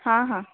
हाँ हाँ